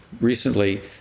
recently